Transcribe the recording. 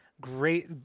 great